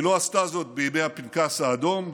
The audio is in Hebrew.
היא לא עשתה זאת בימי הפנקס האדום,